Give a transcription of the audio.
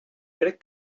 crec